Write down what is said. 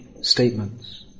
statements